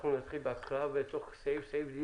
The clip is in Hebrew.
אנחנו נתחיל בהקראה ודיון בסעיף סעיף.